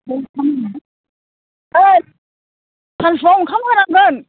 ओइ सानसुआव ओंखाम होनांगोन